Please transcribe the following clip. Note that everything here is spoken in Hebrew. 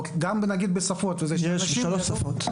בשלוש שפות.